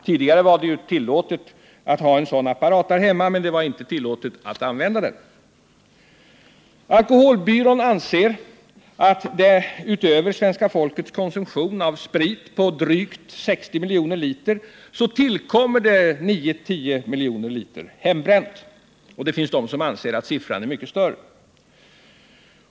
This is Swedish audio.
Tidigare var det ju tillåtet att ha en sådan apparat därhemma, men inte tillåtet att använda den. Alkoholbyrån anser att utöver svenska folkets konsumtion av sprit på drygt 60 miljoner liter tillkommer 9-10 miljoner liter hembränt. Det finns de som anser att siffran är mycket högre.